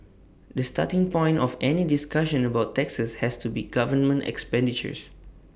the starting point of any discussion about taxes has to be government expenditures